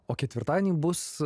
o ketvirtadienį bus